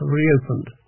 reopened